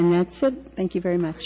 and that's what thank you very much